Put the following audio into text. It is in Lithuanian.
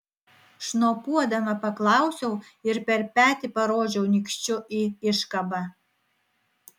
šnopuodama paklausiau ir per petį parodžiau nykščiu į iškabą